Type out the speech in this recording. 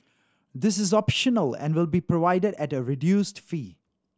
this is optional and will be provided at a reduced fee